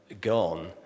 gone